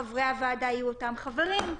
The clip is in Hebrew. האם חברי הוועדה יהיו אותם חברים?